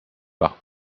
par